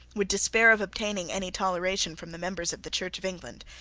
would despair of obtaining any toleration from the members of the church of england,